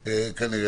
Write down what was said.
האלה.